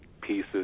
pieces